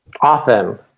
often